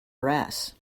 brass